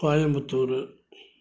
Coimbatore